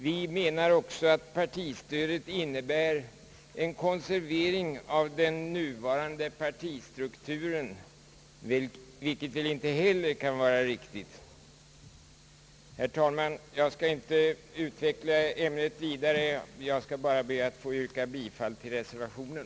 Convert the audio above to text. Vi menar också att partistödet innebär en konservering av den nuvarande partistrukturen, vilket väl inte heller kan vara riktigt. Herr talman! Jag skall inte utveckla ämnet vidare nu utan ber endast att få yrka bifall till reservationen.